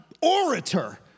orator